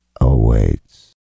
awaits